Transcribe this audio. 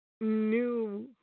new